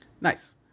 Nice